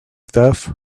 stuff